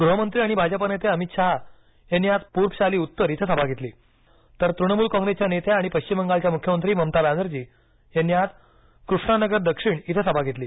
गृहमंत्री आणि भाजपा नेते अमित शहा यांनी आज पूर्बशाली उत्तर इथं सभा घेतली तर तृणमूल कॉंग्रेसच्या नेत्या आणि पश्चिम बंगालच्या मुख्यमंत्री ममता बॅनर्जी यांनी आज कृष्णानगर दक्षिण इथं सभा घेतली